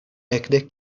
ekde